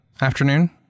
afternoon